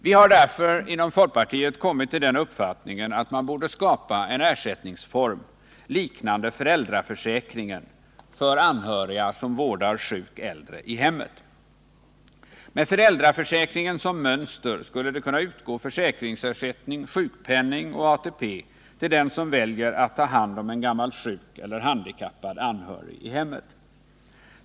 Vi har därför inom folkpartiet kommit till den uppfattningen att man borde skapa en ersättningsform liknande föräldraförsäkringen för anhöriga som vårdar sjuk äldre i hemmet. Med föräldraförsäkringen som mönster skulle det kunna utgå försäkringsersättning, sjukpenning och ATP till den som väljer att ta hand om en gammal sjuk eller handikappad anhörig i hemmet.